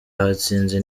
hatsinze